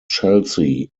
chelsea